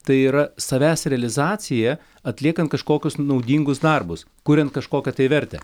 tai yra savęs realizacija atliekant kažkokius naudingus darbus kuriant kažkokią tai vertę